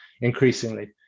increasingly